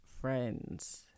friends